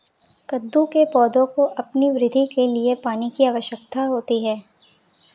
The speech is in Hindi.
कद्दू के पौधों को अपनी वृद्धि के लिए पानी की आवश्यकता होती है